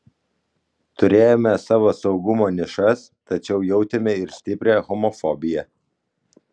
turėjome savo saugumo nišas tačiau jautėme ir stiprią homofobiją